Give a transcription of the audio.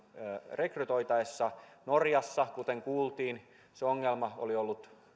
rekrytoitaessa norjassa kuten kuultiin ongelma oli ollut